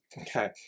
Okay